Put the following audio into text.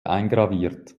eingraviert